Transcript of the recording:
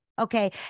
Okay